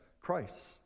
Christ